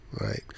right